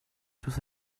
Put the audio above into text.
tous